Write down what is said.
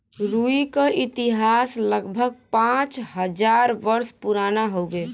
रुई क इतिहास लगभग पाँच हज़ार वर्ष पुराना हउवे